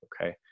okay